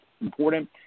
important